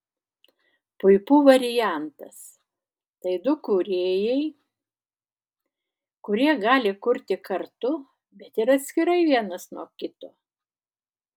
puipų variantas tai du kūrėjai kurie gali kurti kartu bet ir atskirai vienas nuo kito